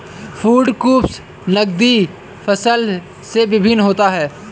food crops नगदी फसल से भिन्न होता है